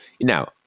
Now